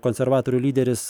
konservatorių lyderis